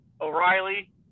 O'Reilly